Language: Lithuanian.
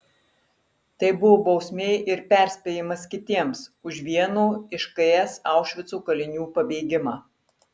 tai buvo bausmė ir perspėjimas kitiems už vieno iš ks aušvico kalinių pabėgimą